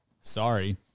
sorry